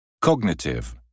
Cognitive